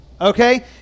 okay